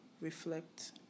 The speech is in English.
reflect